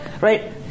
right